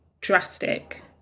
drastic